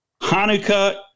Hanukkah